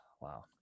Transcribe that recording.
wow